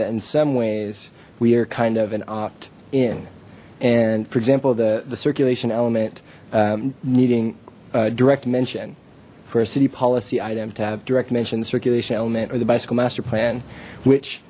that in some ways we are kind of an opt in and for example the the circulation element needing direct mention for a city policy item to have direct mentioned the circulation element or the bicycle master plan which